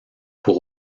pour